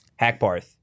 Hackbarth